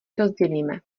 rozdělíme